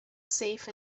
safe